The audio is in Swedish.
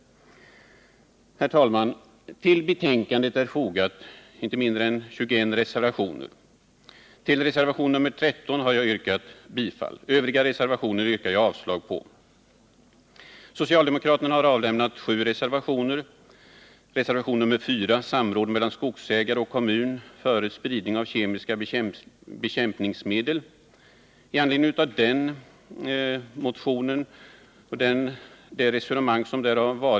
Herr talman! Vid betänkandet har det fogats inte mindre än 21 reservationer. Till reservationen 13 har jag yrkat bifall. Övriga reservationer yrkar jag avslag på. Socialdemokraterna har avlämnat 7 reservationer. Reservationen 4 gäller samråd mellan skogsägare och kommun före spridning av kemiska bekämpningsmedel.